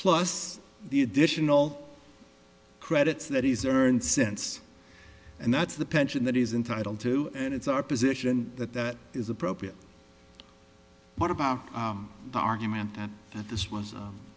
plus the additional credits that he's earned since and that's the pension that he's entitled to and it's our position that that is appropriate what about the argument that this was